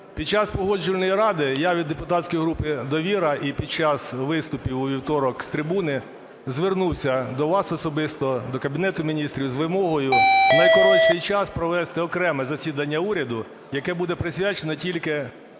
Під час Погоджувальної ради я від депутатської групи "Довіра", і під час виступів у вівторок з трибуни звернувся до вас особисто, до Кабінету Міністрів з вимогою у найкоротший час провести окреме засідання уряду, яке буде присвячено тільки